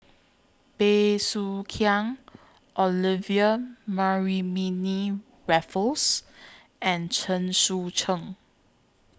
Bey Soo Khiang Olivia Mariamne Raffles and Chen Sucheng